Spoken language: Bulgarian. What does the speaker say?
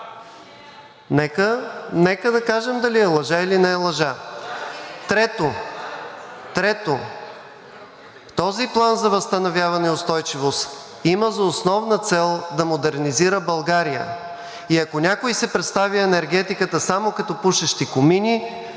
Нека да кажем дали е лъжа, или не е лъжа. (Шум и реплики от ГЕРБ-СДС.) Трето, този План за възстановяване и устойчивост има за основна цел да модернизира България и ако някой си представя енергетиката само като пушещи комини,